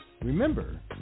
Remember